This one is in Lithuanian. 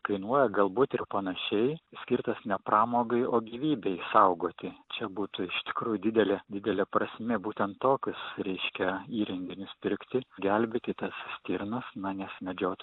kainuoja galbūt ir panašiai skirtas ne pramogai o gyvybei saugoti čia būtų iš tikrųjų didelė didelė prasmė būtent tokius reikia įrenginius pirkti gelbėti tas stirnas na nes medžiot